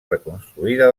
reconstruïda